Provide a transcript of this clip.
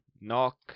Knock